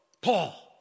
Paul